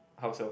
how so